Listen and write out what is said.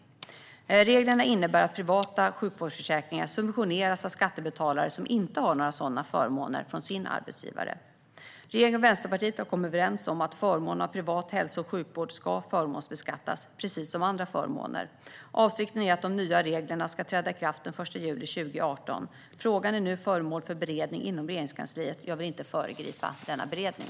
Reglerna innebär att privata sjukvårdsförsäkringar subventioneras av skattebetalare som inte har några sådana förmåner från sin arbetsgivare. Regeringen och Vänsterpartiet har kommit överens om att förmån av privat hälso och sjukvård ska förmånsbeskattas precis som andra förmåner. Avsikten är att de nya reglerna ska träda i kraft den 1 juli 2018. Frågan är nu föremål för beredning inom Regeringskansliet. Jag vill inte föregripa denna beredning.